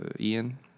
Ian